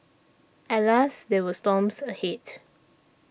alas there were storms ahead